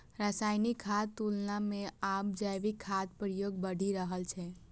रासायनिक खादक तुलना मे आब जैविक खादक प्रयोग बढ़ि रहल छै